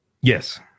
Yes